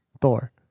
Thor